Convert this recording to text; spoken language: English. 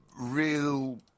real